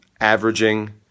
averaging